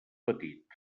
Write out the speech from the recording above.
petit